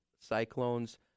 Cyclones